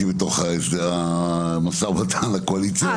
מאחר שאני הייתי בתוך המשא ומתן הקואליציוני -- אה,